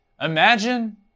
Imagine